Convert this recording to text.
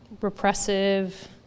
repressive